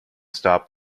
stop